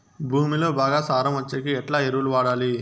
భూమిలో బాగా సారం వచ్చేకి ఎట్లా ఎరువులు వాడాలి?